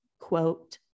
quote